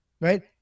Right